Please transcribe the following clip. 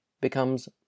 becomes